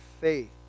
Faith